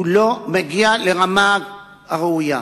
הוא לא מגיע לרמה הראויה.